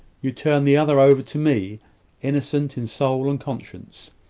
you turn the other over to me innocent in soul and conscience,